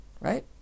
right